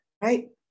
right